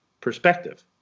perspective